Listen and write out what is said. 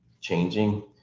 changing